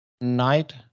night